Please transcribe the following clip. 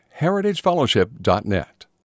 heritagefellowship.net